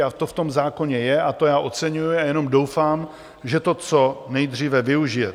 A to v tom zákoně je, a to já oceňuji a jenom doufám, že to co nejdříve využijete.